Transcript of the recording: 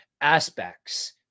aspects